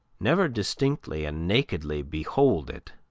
never distinctly and nakedly behold it.